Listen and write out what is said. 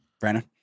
Brandon